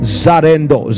zarendo